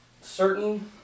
certain